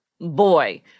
boy